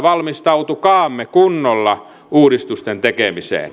valmistautukaamme kunnolla uudistusten tekemiseen